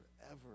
forever